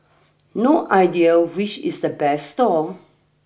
no idea which is the best stall